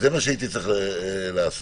אני